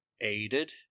aided